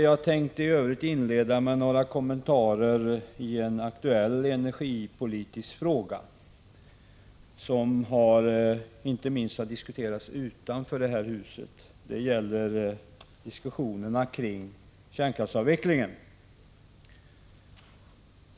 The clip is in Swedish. Jag tänkte i övrigt inleda med några kommentarer till en aktuell energipolitisk fråga, som inte minst har diskuterats utanför det här huset, nämligen kärnkraftsavvecklingen.